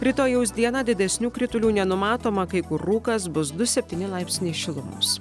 rytojaus dieną didesnių kritulių nenumatoma kai kur rūkas bus du septyni laipsniai šilumos